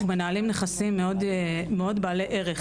אנחנו מנהלים נכסים בעלי ערך,